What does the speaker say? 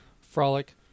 frolic